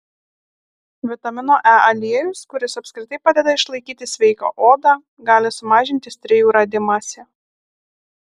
vitamino e aliejus kuris apskritai padeda išlaikyti sveiką odą gali sumažinti strijų radimąsi